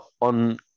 on